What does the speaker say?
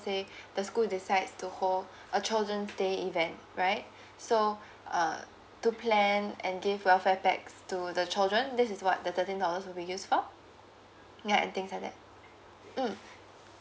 say the school decides to hold a children day event right so err to plan and give welfare packs to the children this is what the thirteen dollars will be used for ya and things like that mm